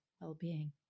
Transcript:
well-being